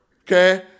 Okay